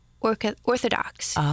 Orthodox